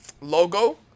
logo